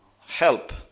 help